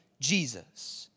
Jesus